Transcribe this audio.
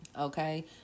Okay